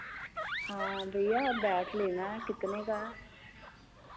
हां भैया बैट लेना ऐ कितने का ऐ